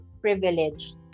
privileged